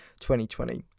2020